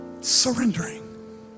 surrendering